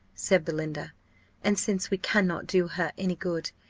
said belinda and since we cannot do her any good,